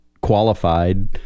qualified